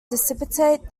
dissipate